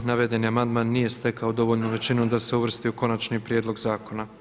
Navedeni amandman nije stekao dovoljnu većinu da se uvrsti u konačni prijedlog zakona.